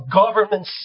government